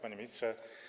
Panie Ministrze!